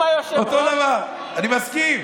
אם היושב-ראש, אותו דבר, אני מסכים.